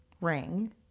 ring